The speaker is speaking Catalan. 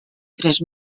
tres